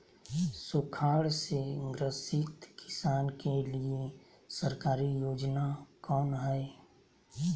सुखाड़ से ग्रसित किसान के लिए सरकारी योजना कौन हय?